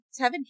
Tevin